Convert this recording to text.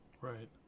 Right